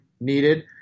needed